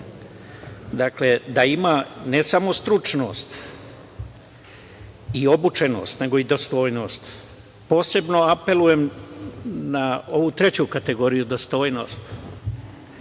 dakle, da ima ne samo stručnost i obučenost, nego i dostojnost. Posebno apelujem na ovu treću kategoriju dostojnost.